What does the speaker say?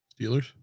Steelers